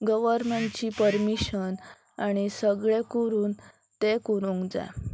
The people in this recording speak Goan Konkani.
गवरमेंटची परमिशन आनी सगळें करून तें करूंक जाय